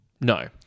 No